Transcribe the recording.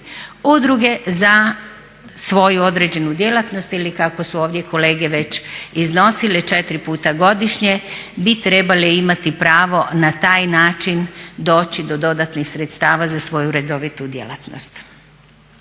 Udruge za svoju određenu djelatnost ili kako su ovdje kolege već iznosile 4 puta godišnje bi trebale imati pravo na taj način doći do dodatnih sredstava za svoju redovitu djelatnost.